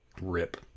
Rip